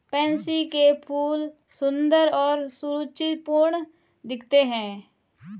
pansy के फूल सुंदर और सुरुचिपूर्ण दिखते हैं